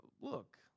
look